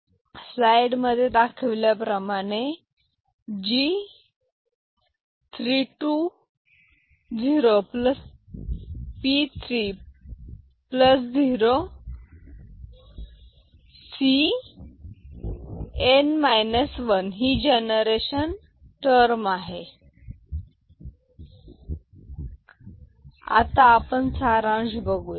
G0Cn G0G0CnG0P0P0Cn G01CnP0P0Cn G0P0Cn side मध्ये दाखविल्याप्रमाणे G 3 0 P30Cn 1 generation term C3 आहे आता आपण सारांश बघूया